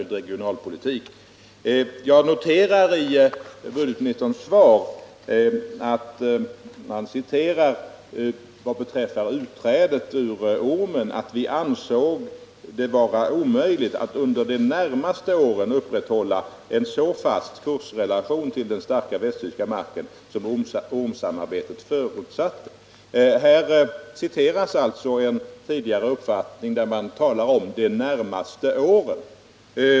I budgetministerns svar noterar jag att det beträffande utträdet ur valutaormen står följande: ” Vi ansåg det vara omöjligt att under de närmaste åren upprätthålla en så fast kursrelation till den starka västtyska marken som ormsamarbetet förutsatte.” Här citeras alltså en tidigare uppfattning, där det talas om ”de närmaste åren”.